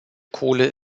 kohle